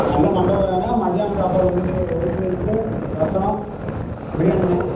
நல்ல மண்டபம் வேணும் மதியானம் சாப்பாடு வந்துட்டு ஒரு ஒயிட் ரைஸு ரசம் பிரியாணிண்ணே